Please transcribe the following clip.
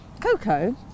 Coco